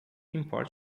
import